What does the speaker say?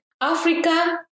Africa